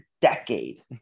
decade